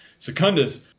Secundus